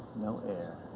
no air.